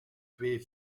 twee